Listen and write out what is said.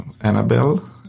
Annabelle